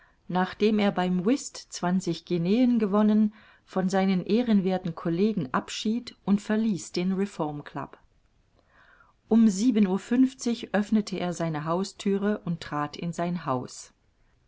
nachdem er beim whist zwanzig guineen gewonnen von seinen ehrenwerthen collegen abschied und verließ den reformclub um sieben uhr fünfzig öffnete er seine hausthüre und trat in sein haus